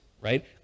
right